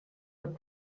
would